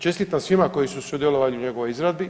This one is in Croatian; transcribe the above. Čestitam svima koji su sudjelovali u njegovoj izradi.